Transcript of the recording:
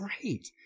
great